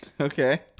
okay